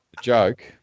joke